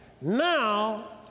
now